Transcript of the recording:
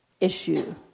issue